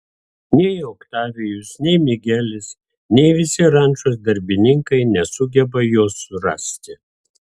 nei oktavijus nei migelis nei visi rančos darbininkai nesugeba jos surasti